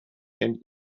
and